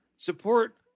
Support